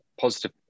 positive